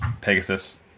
Pegasus